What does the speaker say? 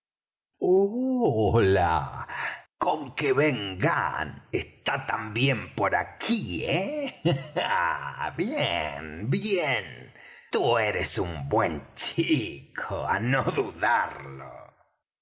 hola con que ben gunn está también por aquí eh bien bien tú eres un buen chico á no dudarlo